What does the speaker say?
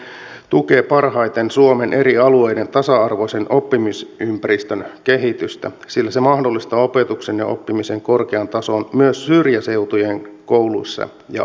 digitalisoiminen tukee parhaiten suomen eri alueiden tasa arvoisen oppimisympäristön kehitystä sillä se mahdollistaa opetuksen ja oppimisen korkean tason myös syrjäseutujen kouluissa ja oppilaitoksissa